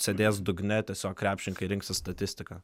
sėdės dugne tiesiog krepšininkai rinksis statistiką